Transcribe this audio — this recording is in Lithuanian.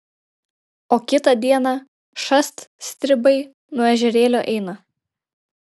o kitą dieną šast stribai nuo ežerėlio eina